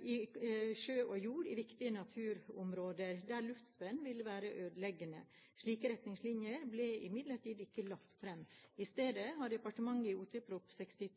i sjø og jord i viktige naturområder der luftspenn vil være ødeleggende. Slike retningslinjer ble imidlertid ikke lagt fram. I stedet har departementet i